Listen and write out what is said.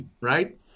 right